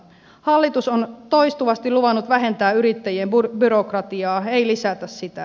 hallitus on toistuvasti luvannut vähentää yrittäjien byrokratiaa ei lisätä sitä